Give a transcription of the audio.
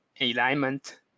alignment